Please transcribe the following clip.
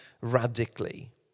radically